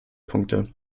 punkte